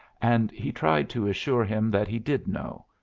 and he tried to assure him that he did know,